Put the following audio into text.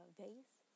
vase